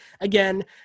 again